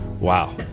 Wow